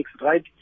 right